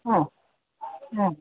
ആ ആ